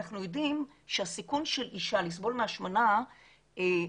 אנחנו יודעים שהסיכוי של אישה לסבול מהשמנה הוא